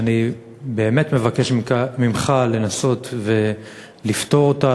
ואני באמת מבקש ממך לנסות ולפתור אותה.